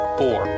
four